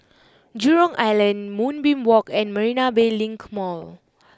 Jurong Island Moonbeam Walk and Marina Bay Link Mall